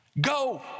Go